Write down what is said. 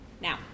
now